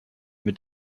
mit